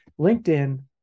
LinkedIn